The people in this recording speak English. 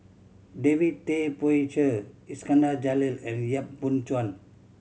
David Tay Poey Cher Iskandar Jalil and Yap Boon Chuan